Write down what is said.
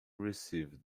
received